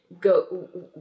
go